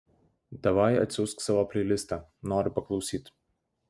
davai atsiųsk savo pleilistą noriu paklausyt